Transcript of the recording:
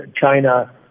China